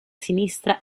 sinistra